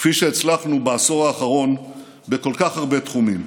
כפי שהצלחנו בעשור האחרון בכל כך הרבה תחומים.